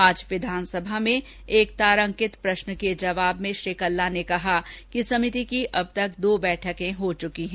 आज विधानसभा में एक तारांकित प्रष्न के जवाब में श्री कल्ला ने कहा कि समिति की अब तक दो बैठक हो चुकी है